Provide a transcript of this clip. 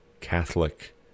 Catholic